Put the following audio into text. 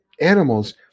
animals